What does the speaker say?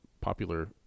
popular